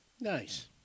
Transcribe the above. Nice